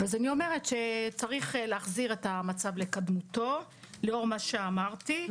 צריך להחזיר את המצב לקדמותו לאור מה שאמרתי.